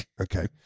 Okay